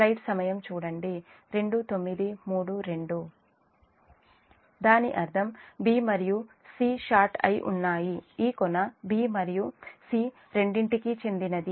దాని అర్థము b మరియు c షార్ట్ అయి ఉన్నాయి ఈ కొన b మరియు c రెండిటికీ చెందినది